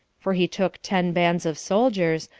for he took ten bands of soldiers,